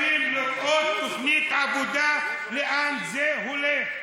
וחייבים לראות תוכנית עבודה לאן זה הולך.